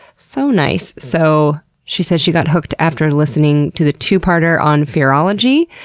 so nice. so she said she, got hooked after listening to the two-parter on fearology,